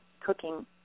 cooking